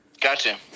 gotcha